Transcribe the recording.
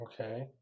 Okay